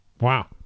Wow